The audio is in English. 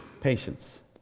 patience